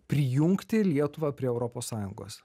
prijungti lietuvą prie europos sąjungos